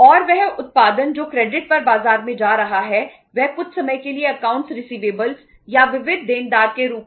और वह उत्पादन जो क्रेडिट